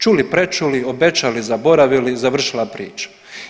Čuli, prečuli, obećali, zaboravili, završila priča.